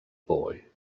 boy